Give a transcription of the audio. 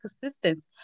consistent